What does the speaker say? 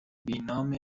بینام